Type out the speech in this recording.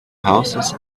houses